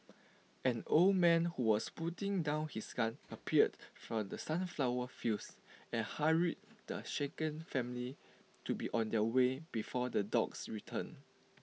an old man who was putting down his gun appeared from the sunflower fields and hurried the shaken family to be on their way before the dogs return